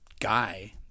guy